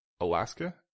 Alaska